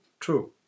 True